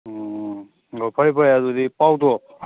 ꯎꯝ ꯑꯣ ꯐꯔꯦ ꯐꯔꯦ ꯑꯗꯨꯗꯤ ꯄꯥꯎꯗꯣ